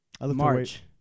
March